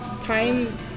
time